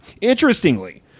Interestingly